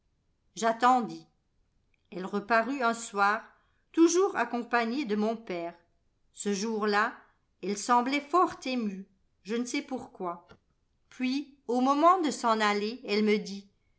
j'attendis elle reparut un soir toujours accompagnée de mon père ce jour-là elle semblait tort émue je ne sais pourquoi puis au moment de s'en aller elle me dit